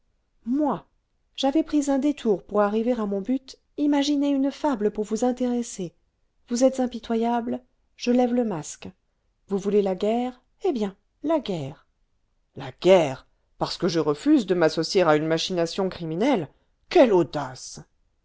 moi j'avais pris un détour pour arriver à mon but imaginé une fable pour vous intéresser vous êtes impitoyable je lève le masque vous voulez la guerre eh bien la guerre la guerre parce que je refuse de m'associer à une machination criminelle quelle audace